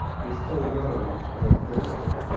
which paul mellon gave them.